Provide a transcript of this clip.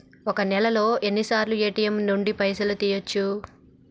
ఒక్క నెలలో ఎన్నిసార్లు ఏ.టి.ఎమ్ నుండి పైసలు తీయచ్చు?